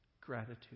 gratitude